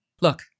Look